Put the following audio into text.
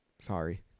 Sorry